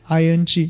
ing